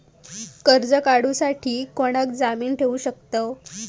कर्ज काढूसाठी कोणाक जामीन ठेवू शकतव?